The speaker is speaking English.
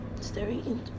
staring